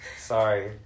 Sorry